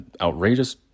Outrageous